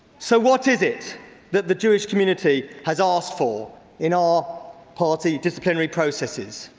so what is it that the jewish community has asked for in our party disciplinary processes?